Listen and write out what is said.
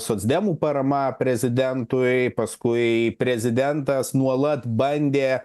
socdemų parama prezidentui paskui prezidentas nuolat bandė